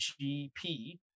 GP